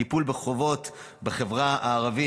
טיפול בחובות בחברה הערבית,